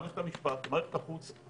מערכת המשפט, מערכת החוץ.